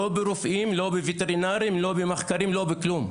לא ברופאים, לא בווטרינרים, לא במחקרים, לא בכלום.